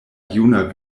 juna